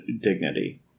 dignity